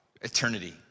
Eternity